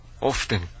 often